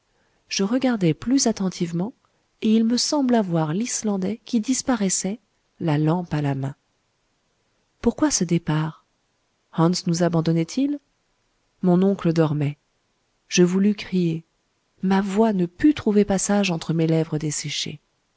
je regardai plus attentivement et il me sembla voir l'islandais qui disparaissait la lampe à la main pourquoi ce départ hans nous abandonnait il mon oncle dormait je voulus crier ma voix ne put trouver passage entre mes lèvres